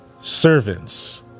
servants